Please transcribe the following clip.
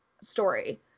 story